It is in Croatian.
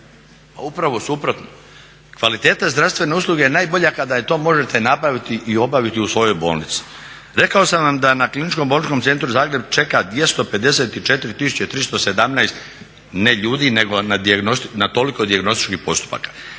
upravo suprotno kvaliteta zdravstvene usluge je najbolja kad je to možete napraviti i obaviti u svojoj bolnici. Rekao sam vam da na Kliničkom bolničkom centru Zagreb čeka 254 317 ne ljudi, nego na toliko dijagnostičkih postupaka.